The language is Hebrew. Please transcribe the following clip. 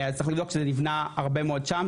אז צריך לבדוק שזה נבנה הרבה מאוד שם,